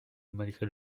malgré